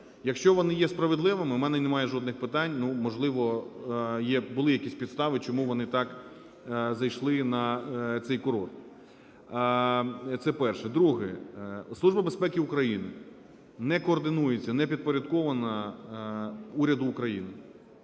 Якщо вони є справедливими, в мене немає жодних питань. Ну, можливо, були якісь підстави, чому вони так зайшли на цей курорт. Це перше. Друге. Служба безпеки України не координується, не підпорядкована Уряду України,